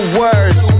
words